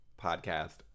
podcast